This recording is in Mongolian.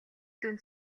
дүнд